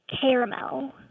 caramel